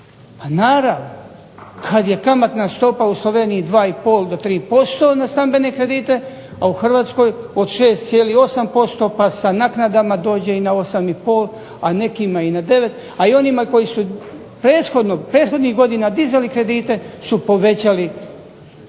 Pa naravno, kad je kamatna stopa u Sloveniji 2,5 do 3% na stambene kredite, a u Hrvatskoj od 6,8% pa sa naknadama dođe i na 8,5, a nekima i na 9, a i onima koji su prethodnih godina dizali kredite su povećali